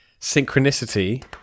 synchronicity